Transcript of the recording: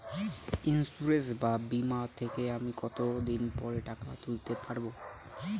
Insurance বা বিমা থেকে আমি কত দিন পরে টাকা তুলতে পারব?